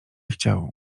chciał